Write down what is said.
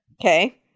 Okay